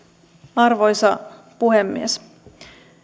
arvoisa puhemies